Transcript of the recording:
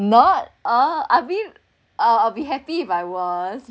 not uh I mean uh I'll be happy if I was